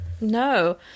No